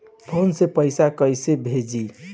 Phone से पैसा कैसे भेजी?